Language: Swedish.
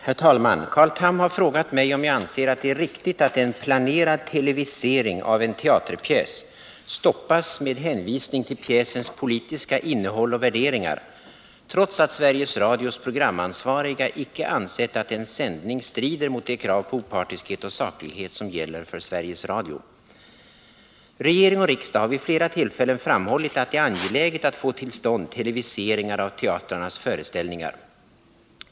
Herr talman! Carl Tham har frågat mig om jag anser att det är riktigt att en planerad televisering av en teaterpjäs stoppas med hänvisning till pjäsens politiska innehåll och värderingar, trots att Sveriges Radios programansvariga icke ansett att en sändning strider mot de krav på opartiskhet och saklighet som gäller för Sveriges Radio. Regering och riksdag har vid flera tillfällen framhållit att det är angeläget att få till stånd televiseringar av teatrarnas föreställningar.